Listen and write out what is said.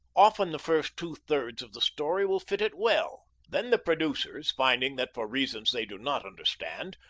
often the first two-thirds of the story will fit it well. then the producers, finding that, for reasons they do not understand,